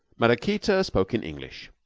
maraquita spoke in english,